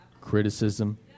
criticism